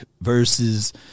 versus